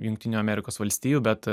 jungtinių amerikos valstijų bet